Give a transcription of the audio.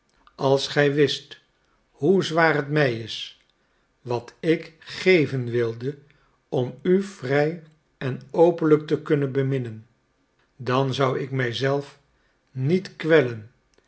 als gij wist hoe zwaar het mij is wat ik geven wilde om u vrij en openlijk te kunnen beminnen dan zou ik mij zelf niet kwellen